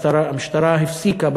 על כך המשטרה הפסיקה,